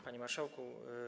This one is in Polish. Panie Marszałku!